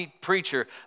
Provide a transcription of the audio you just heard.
preacher